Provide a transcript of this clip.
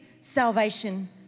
salvation